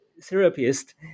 therapist